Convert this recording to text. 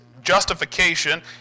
justification